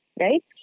Right